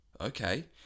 okay